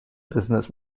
business